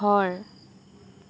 ঘৰ